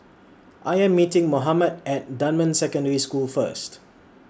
I Am meeting Mohammed At Dunman Secondary School First